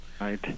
Right